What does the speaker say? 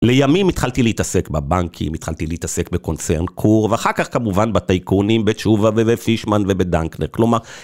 לימים התחלתי להתעסק בבנקים, התחלתי להתעסק בקונצרן קור, ואחר כך כמובן בטייקונים, בתשובה ובפישמן ובדנקנר, כלומר...